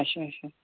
اچھا اچھا